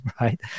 right